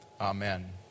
Amen